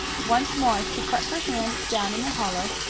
once more she put her hand down in the hollow,